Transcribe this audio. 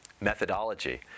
methodology